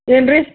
ಏನು ರೀ